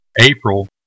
April